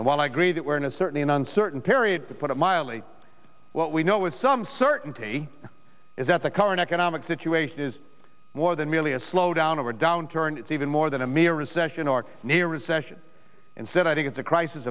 and while i agree that we're in a certainly an uncertain period to put it mildly what we know with some certainty is that the current economic situation is more than merely a slowdown or downturn it's even more than a mere recession or near recession instead i think it's a crisis